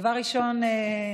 דבר ראשון,